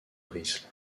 risle